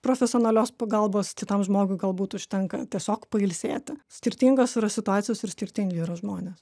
profesionalios pagalbos kitam žmogui galbūt užtenka tiesiog pailsėti skirtingos yra situacijos ir skirtingi yra žmonės